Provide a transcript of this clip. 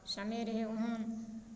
समय रहै ओहन